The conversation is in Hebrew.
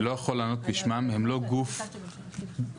אני לא יכול לענות בשמם, הם לא גוף שכפוף לממשלה.